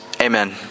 Amen